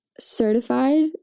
certified